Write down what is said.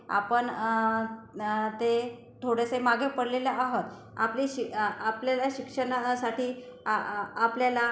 आपण ते थोडेसे मागे पडलेले आहोत आपली शिक आपल्याला शिक्षणासाठी आ आपल्याला